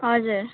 हजुर